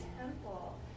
temple